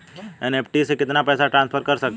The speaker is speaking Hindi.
एन.ई.एफ.टी से कितना पैसा ट्रांसफर कर सकते हैं?